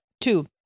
two